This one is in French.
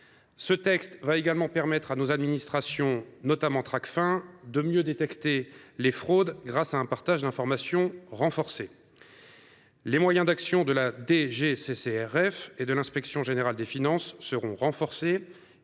Ce texte va également permettre à nos administrations, notamment Tracfin, de mieux détecter les fraudes grâce à un partage d’informations renforcé. Les moyens d’action de la DGCCRF et de l’inspection générale des finances seront renforcés.